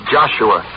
Joshua